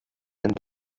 and